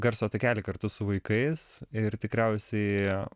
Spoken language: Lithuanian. garso takelį kartu su vaikais ir tikriausiai